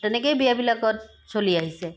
তেনেকৈয়ে বিয়াবিলাকত চলি আহিছে